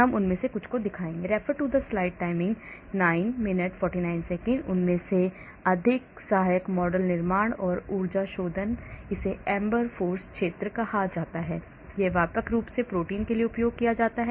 हम उनमें से कुछ दिखाएंगे उनमें से अधिक सहायक मॉडल निर्माण और ऊर्जा शोधन इसे AMBER force क्षेत्र कहा जाता है यह व्यापक रूप से प्रोटीन के लिए उपयोग किया जाता है